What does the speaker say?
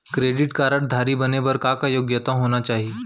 Credit card धारी बने बर का का योग्यता होना चाही?